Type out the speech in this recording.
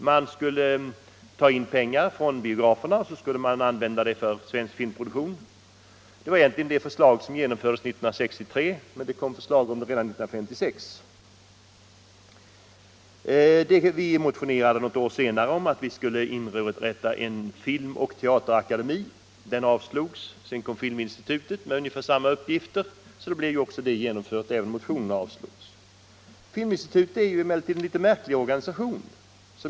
Man skulle ta in pengar från biograferna och använda dem för svensk filmproduktion. Förslaget genomfördes 1963 men det kom som sagt redan 1956. Vi motionerade något år senare om inrättande av en filmoch teaterakademi. Även den motionen avslogs. Sedan kom Filminstitutet med ungefär samma uppgifter, så även det förslaget blev genomfört fastän om motionen avslogs. Filminstitutet är emellertid en märklig organisation.